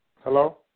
Hello